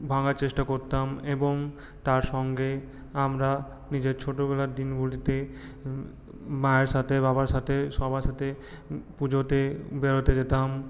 ভাঙার চেষ্টা করতাম এবং তার সঙ্গে আমরা নিজের ছোটোবেলার দিনগুলিতে মায়ের সাথে বাবার সাথে সবার সাথে পুজোতে বেরোতে যেতাম